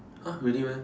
!huh! really meh